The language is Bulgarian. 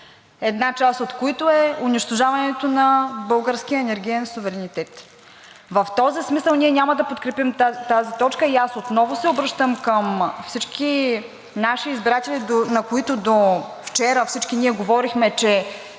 една част от които е унищожаването на българския енергиен суверенитет. В този смисъл ние няма да подкрепим тази точка и аз отново се обръщам към всички наши избиратели, на които довчера всички ние говорихме, че